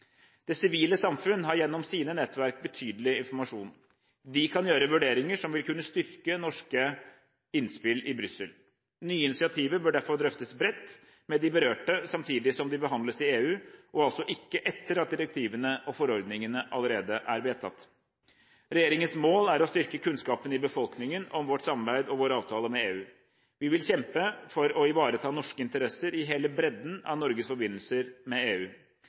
Det sivile samfunn har gjennom sine nettverk betydelig informasjon. De kan gjøre vurderinger som vil kunne styrke norske innspill i Brussel. Nye initiativer bør derfor drøftes bredt med de berørte, samtidig som de behandles i EU – og altså ikke etter at direktivene og forordningene allerede er vedtatt. Regjeringens mål er å styrke kunnskapen i befolkningen om vårt samarbeid og våre avtaler med EU. Vi vil kjempe for å ivareta norske interesser i hele bredden av Norges forbindelser med EU.